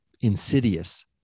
insidious